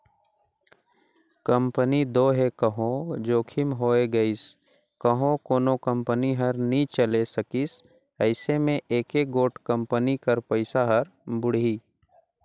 company दो हे कहों जोखिम होए गइस कहों कोनो कंपनी हर नी चले सकिस अइसे में एके गोट कंपनी कर पइसा हर बुड़ही